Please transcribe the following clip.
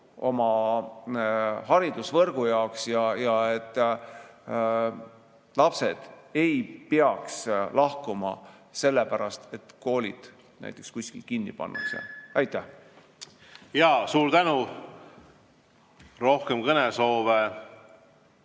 oma haridusvõrgu jaoks ja et lapsed ei peaks lahkuma sellepärast, et koolid kuskil kinni pannakse. Aitäh! Suur tänu! Rohkem kõnesoove